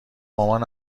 مامان